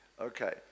Okay